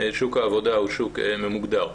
שוק העבודה הוא שוק ממוגדר.